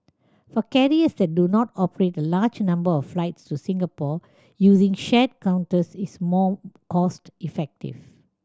for carriers that do not operate a large number of flights to Singapore using shared counters is more cost effective